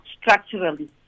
structurally